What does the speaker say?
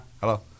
Hello